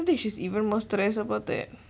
I think she's even more stressed about that